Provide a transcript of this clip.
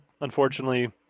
unfortunately